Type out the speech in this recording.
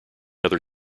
other